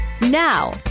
Now